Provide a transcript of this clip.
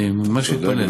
אני ממש מתפלא.